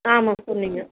ஆமாம் சொன்னிங்க